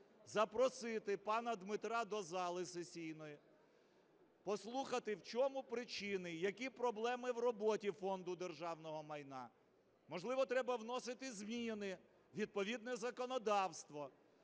запросити пана Дмитра до зали сесійної, послухати, в чому причини, які проблеми в роботі Фонду державного майна. Можливо, треба вносити зміни у відповідне законодавство,